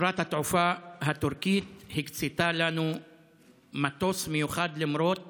חברת התעופה הטורקית הקצתה לנו מטוס מיוחד למרות